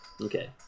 Okay